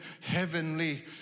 heavenly